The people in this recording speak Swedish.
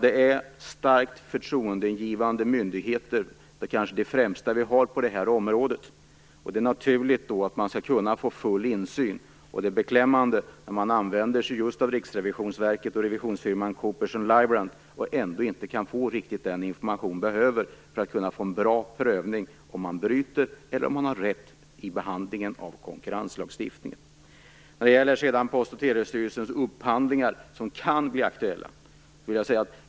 De är starkt förtroendeingivande myndigheter, de kanske främsta som vi har på det här området. Då är det naturligt att man skall kunna få full insyn. Det är beklämmande att man trots att man använder just Lybrand inte kan få riktigt all den information man behöver för att kunna göra en bra prövning av om Posten bryter mot lagen eller har rätt i behandlingen av konkurrenslagstiftningen. Post och telestyrelsens upphandlingar kan också bli aktuella.